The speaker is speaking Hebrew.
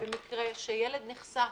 במקרה שילד נחשף?